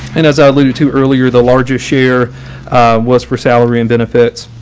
and as i alluded to earlier, the largest share was for salary and benefits.